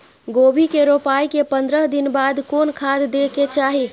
गोभी के रोपाई के पंद्रह दिन बाद कोन खाद दे के चाही?